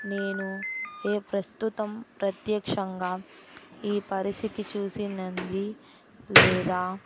నేను ఏ ప్రస్తుతం ప్రత్యక్షంగా ఈ పరిస్థితి చూసినది లేదా